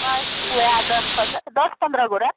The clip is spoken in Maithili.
बस ओएह दश पन्द्रह दश पन्द्रह गोरा